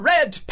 Red